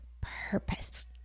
purpose